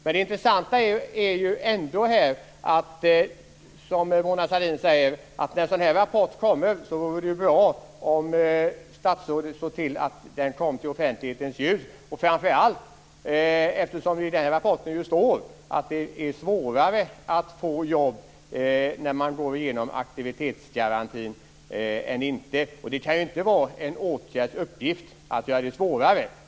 Men det intressanta är ju att det vore bra om statsrådet såg till att en sådan här rapport kom i offentlighetens ljus. Det gäller framför allt eftersom det i den här rapporten står att det är svårare att få jobb när man går igenom aktivitetsgarantin än när man inte gör det. Det kan ju inte vara meningen med en åtgärd att göra det svårare.